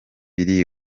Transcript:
biri